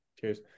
Cheers